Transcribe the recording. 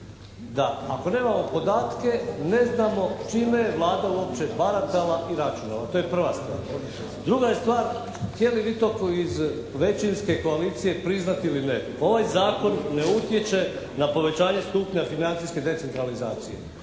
da ako nemamo podatke ne znamo čime je Vlada uopće baratala i računala. To je prva stvar. Druga je stvar htjeli vi … /Govornik se ne razumije./ … iz većinske koalicije priznati ili ne ovaj Zakon ne utječe na povećanje stupnja financijske decentralizacije.